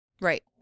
Right